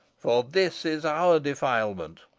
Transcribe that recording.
for this is our defilement,